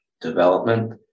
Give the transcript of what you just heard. development